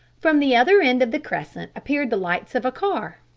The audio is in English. from the other end of the crescent appeared the lights of a car.